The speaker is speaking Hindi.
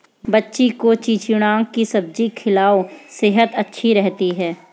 बच्ची को चिचिण्डा की सब्जी खिलाओ, सेहद अच्छी रहती है